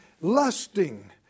lusting